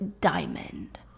diamond